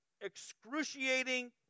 excruciating